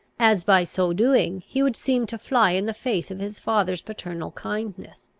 as by so doing he would seem to fly in the face of his father's paternal kindness.